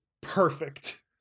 perfect